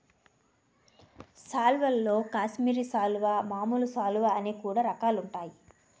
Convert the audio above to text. సాల్వల్లో కాశ్మీరి సాలువా, మామూలు సాలువ అని కూడా రకాలుంటాయి